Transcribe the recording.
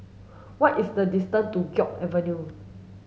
what is the distance to Guok Avenue